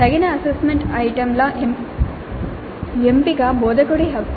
తగిన అసెస్మెంట్ ఐటెమ్ల ఎంపిక బోధకుడి హక్కు